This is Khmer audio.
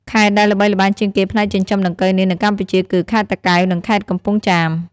ខេត្តដែលល្បីល្បាញជាងគេផ្នែកចិញ្ចឹមដង្កូវនាងនៅកម្ពុជាគឺ ខេត្តតាកែវ និងខេត្តកំពង់ចាម។